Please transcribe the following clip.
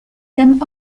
thèmes